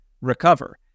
recover